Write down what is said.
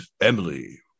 Emily